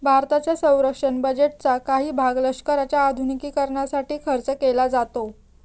भारताच्या संरक्षण बजेटचा काही भाग लष्कराच्या आधुनिकीकरणासाठी खर्च केला जातो